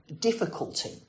difficulty